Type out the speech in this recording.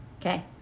Okay